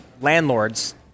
landlords